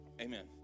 Amen